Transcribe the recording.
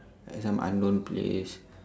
at some unknown place